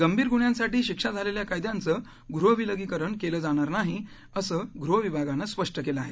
गंभीर गुन्ह्यासाठी शिक्षा झालेल्या कैद्यांचं गृह विलगीकरण केलं जाणार नाही असं गृह विभागानं स्पष्ट केलं आहे